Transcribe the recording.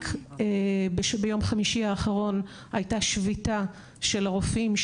רק ביום חמישי האחרון הייתה שביתה של הרופאים,